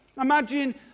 Imagine